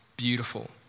beautiful